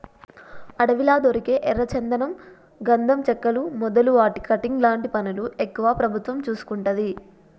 అడవిలా దొరికే ఎర్ర చందనం గంధం చెక్కలు మొదలు వాటి కటింగ్ లాంటి పనులు ఎక్కువ ప్రభుత్వం చూసుకుంటది